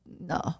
no